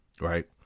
right